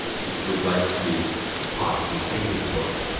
if you would like to possibly take this book,